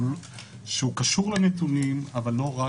שהוא קשור לנתונים אבל לא רק,